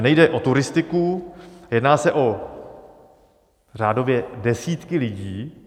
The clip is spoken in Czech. Nejde o turistiku, jedná se o řádově desítky lidí.